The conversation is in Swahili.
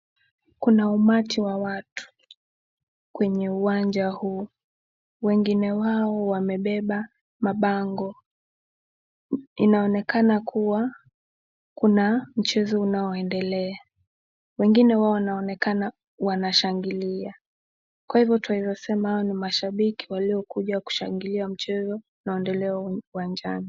Kuna umati wa watu, kwenye uwanja huu wengine wao wamebeba mabango, inaonekana kuwa kuna mchezo unaoendelea, wengine wao wanaonekana wanashangilia kwa hivo tulivyosema hawa ni mashabiki waliokuja kushangilia mchezo unaoendelea uwanjani.